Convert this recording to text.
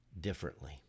differently